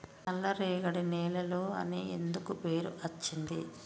నల్లరేగడి నేలలు అని ఎందుకు పేరు అచ్చింది?